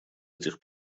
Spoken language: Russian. этих